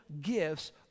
gifts